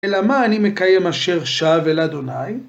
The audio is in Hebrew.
אלא מה אני מקיים אשר שב אל אדוניי?